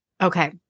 Okay